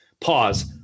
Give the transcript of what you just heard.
Pause